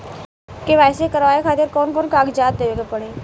KYC करवावे खातिर कौन कौन कागजात देवे के पड़ी?